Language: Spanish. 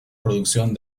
producción